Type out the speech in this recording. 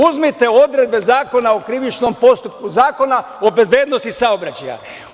Uzmite odredbe Zakona o krivičnom postupku, Zakona o bezbednosti saobraćaja.